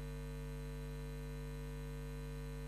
המעצרים המעצרים מתבצעים באישון לילה על-ידי כוחות גדולים של מג"ב,